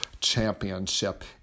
Championship